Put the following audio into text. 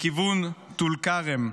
מכיוון טול כרם.